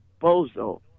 Bozo